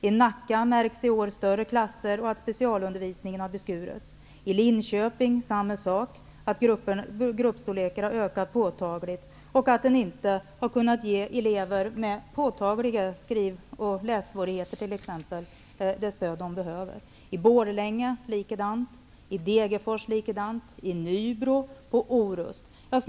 I Nacka har man i år större klasser, och specialundervisningen har beskurits. I Linköping är det samma förhållande, dvs. gruppstorlekarna har ökat kännbart, och man har t.ex. inte kunnat ge elever med påtagliga skriv och lässvårigheter det stöd som de behöver. I Borlänge, i Degerfors, i Nybro och på Orust är det likadant.